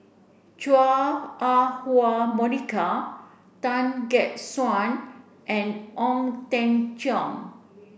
Chua Ah Huwa Monica Tan Gek Suan and Ong Teng Cheong